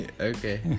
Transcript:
Okay